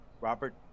Robert